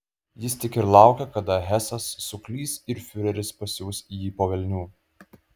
jis tik ir laukė kada hesas suklys ir fiureris pasiųs jį po velnių